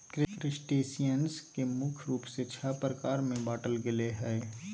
crustaceans के मुख्य रूप से छः प्रकार में बांटल गेले हें